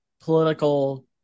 political